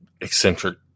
eccentric